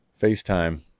facetime